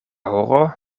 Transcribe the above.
horo